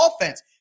offense